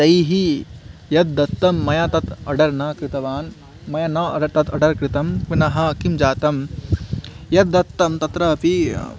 तैः यद् दत्तं मया तत् आर्डर् न कृतवान् मया न आर्डर् तत् आर्डर् कृतं पुनः किं जातं यद् दत्तं तत्रापि